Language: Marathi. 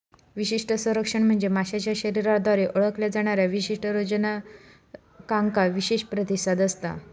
विशिष्ट संरक्षण म्हणजे माशाच्या शरीराद्वारे ओळखल्या जाणाऱ्या विशिष्ट रोगजनकांका विशेष प्रतिसाद असता